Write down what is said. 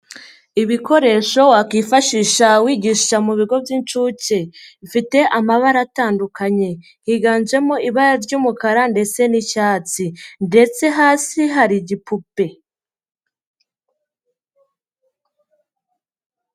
Ibikoresho wakwifashisha wigisha mu bigo by'inshuke. Bifite amabara atandukanye. Higanjemo ibara ry'umukara ndetse n'icyatsi ndetse hasi hari igipupe.